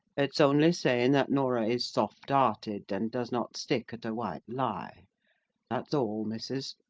it's only saying that norah is soft-hearted, and does not stick at a white lie that's all, missus.